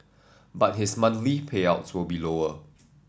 but his monthly payouts will be lower